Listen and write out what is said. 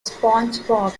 spongebob